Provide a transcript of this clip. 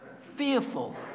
fearful